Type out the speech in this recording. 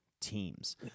teams